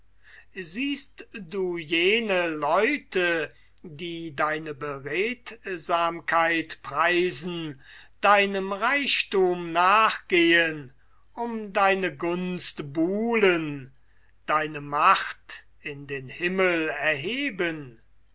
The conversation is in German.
siehst du jene leute die deine beredtsamkeit preisen deinem reichthum nachgehen um deine gunst buhlen deine macht erheben